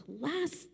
last